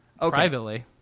privately